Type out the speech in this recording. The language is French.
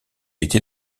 étais